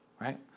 right